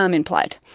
um implied.